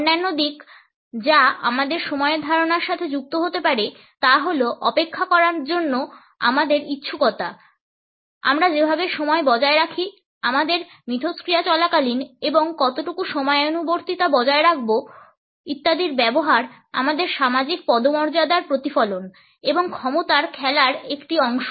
অন্যান্য দিক যা আমাদের সময়ের ধারণার সাথে যুক্ত হতে পারে তা হল অপেক্ষা করার জন্য আমাদের ইচ্ছুকতা আমরা যেভাবে সময় বজায় রাখি আমাদের মিথস্ক্রিয়া চলাকালীন এবং কতটুকু সময়ানুবর্তিতা বজায় রাখবো ইত্যাদির ব্যবহার আমাদের সামাজিক পদমর্যাদার প্রতিফলন এবং ক্ষমতার খেলার একটি অংশ